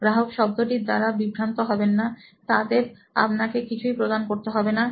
গ্রাহক শব্দটি দ্বারা বিভ্রান্ত হবেন না তাদের আপনাকে কিছু ই প্রদান করতে হবেনা